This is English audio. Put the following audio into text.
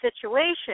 situation